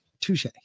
Touche